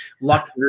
luck